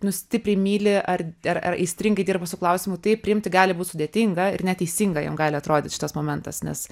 nu stipriai myli ar ar aistringai dirba su klausimu tai priimti gali būt sudėtinga ir neteisinga jiem gali atrodyt šitas momentas nes